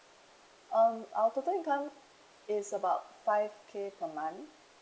um our total income is about five K per month